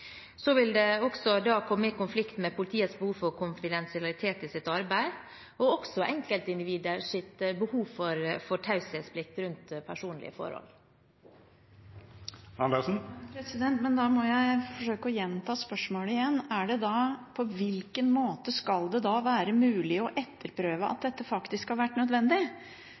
vil også komme i konflikt med politiets behov for konfidensialitet i sitt arbeid og enkeltindividers behov for taushetsplikt rundt personlige forhold. Da må jeg forsøke å gjenta spørsmålet: På hvilken måte skal det da være mulig å etterprøve at dette faktisk har vært nødvendig?